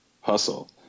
hustle